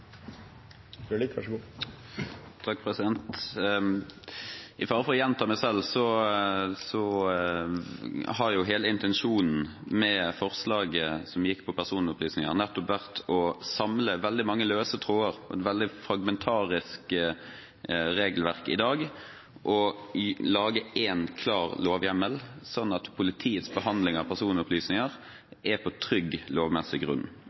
statsråden, og så behandler vi saken på en god måte når vi kommer på nyåret. I fare for å gjenta meg selv: Hele intensjonen med forslaget som angikk personopplysninger, har nettopp vært å samle veldig mange løse tråder og et i dag veldig fragmentarisk regelverk og lage én klar lovhjemmel, sånn at politiets behandling av personopplysninger er på trygg lovmessig grunn.